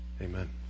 Amen